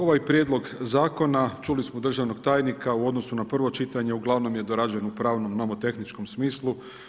Ovaj prijedlog zakona, čuli smo državnog tajnika, u odnosu na prvo čitanje, ugl. je dorađen u pravnom nomotehničkom smislu.